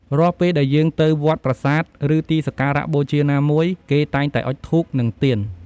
រាល់ពេលដែលយើងទៅវត្ត ប្រាសាទ ឬទីសក្ការៈបូជាណាមួយ គេតែងតែអុជធូប និងទៀន។